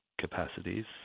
capacities